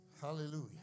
Hallelujah